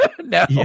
No